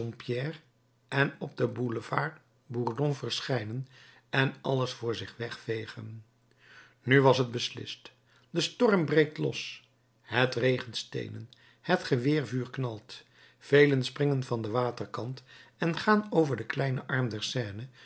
en op den boulevard bourdon verschijnen en alles voor zich wegvegen nu was het beslist de storm breekt los het regent steenen het geweervuur knalt velen springen van den waterkant en gaan over den kleinen arm der seine